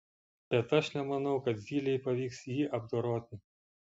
bet aš nemanau kad zylei pavyks jį apdoroti